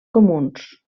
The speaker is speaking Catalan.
comuns